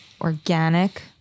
Organic